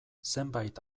zenbait